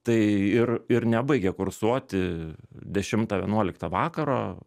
tai ir ir nebaigia kursuoti dešimtą vienuoliktą vakaro